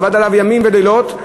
עבד עליו ימים ולילות.